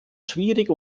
schwierig